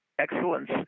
Excellence